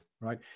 right